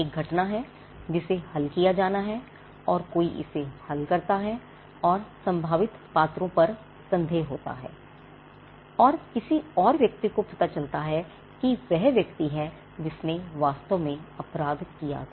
एक घटना है जिसे हल किया जाना है और कोई इसे हल करता है सबसे संभावित पात्रों पर संदेह होता है और किसी और व्यक्ति को पता चलता है कि वह व्यक्ति है जिसने वास्तव में अपराध किया था